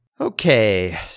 Okay